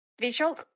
visual